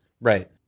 Right